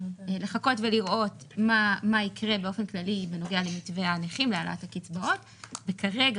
לחכות ולראות מה יקרה באופן כללי בנוגע למתווה הנכים והעלאת הקצבאות וכרגע